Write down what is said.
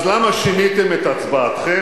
ואז למה שיניתם את הצבעתכם?